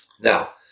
Now